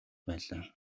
байлаа